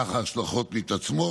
כך ההשלכות מתעצמות.